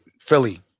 philly